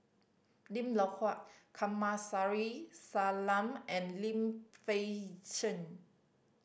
Lim Loh Huat Kamsari Salam and Lim Fei Shen